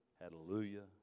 hallelujah